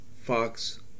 Fox